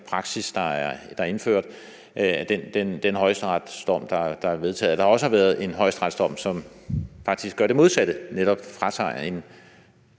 praksis, der er indført, og den højesteretsdom, der er afsagt, også har været en højesteretsdom, som faktisk gjorde det modsatte, netop fratog en